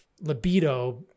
libido